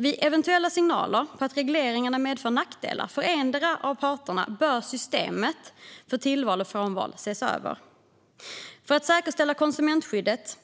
Vid eventuella signaler om att regleringarna medför nackdelar för endera parten bör systemet för tillval och frånval ses över. För att säkerställa att konsumentskyddet